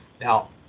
Now